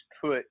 put –